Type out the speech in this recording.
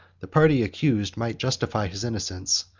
the party accused might justify his innocence,